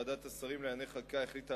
ועדת השרים לענייני חקיקה החליטה,